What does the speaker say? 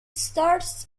stars